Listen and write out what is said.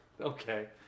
Okay